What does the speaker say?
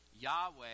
Yahweh